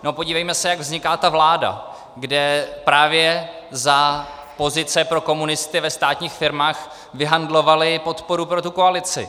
No, podívejme se, jak vzniká ta vláda, kde právě za pozice pro komunisty ve státních firmách vyhandlovali podporu pro tu koalici.